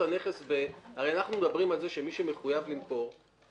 הרי אנחנו מדברים על זה שמי שמחויב למכור,